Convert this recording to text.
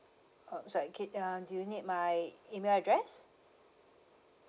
uh sorry ca~ uh do you need my email address